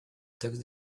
taxe